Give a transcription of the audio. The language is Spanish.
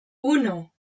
uno